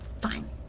fine